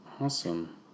awesome